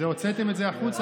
והוצאתם את זה החוצה.